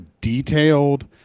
detailed